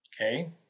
Okay